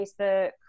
Facebook